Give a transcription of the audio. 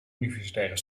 universitaire